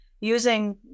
using